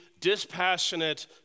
dispassionate